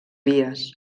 vies